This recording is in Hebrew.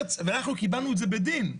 ואנחנו קיבלנו את זה בדין.